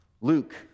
Luke